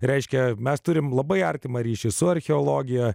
reiškia mes turime labai artimą ryšį su archeologija